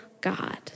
God